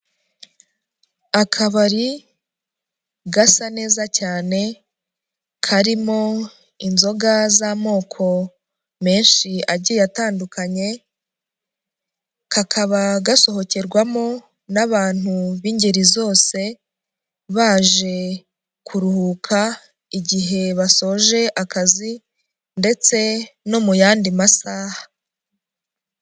Akabari gasa neza cyane karimo inzoga z'amoko menshi agiye atandukanye, kakaba gasohokerwamo n'abantu b'ingeri zose, baje kuruhuka igihe basoje akazi ndetse no mu yandi masaha.